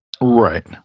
right